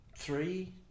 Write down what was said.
three